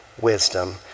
wisdom